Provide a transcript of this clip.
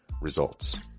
results